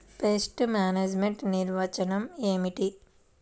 Pest management నిర్వచనం ఏమిటి?